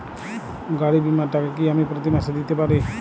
গাড়ী বীমার টাকা কি আমি প্রতি মাসে দিতে পারি?